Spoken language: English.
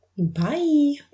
Bye